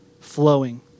flowing